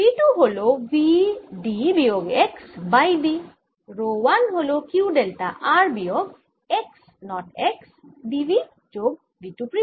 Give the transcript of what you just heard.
V 2 হল V d বিয়োগ x by d rho 1 হল Q ডেল্টা r বিয়োগ x naught x d V যোগ V 2 পৃষ্ঠ